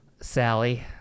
Sally